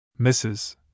Mrs